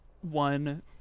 one